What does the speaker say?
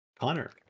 Connor